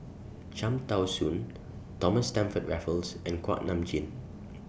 Cham Tao Soon Thomas Stamford Raffles and Kuak Nam Jin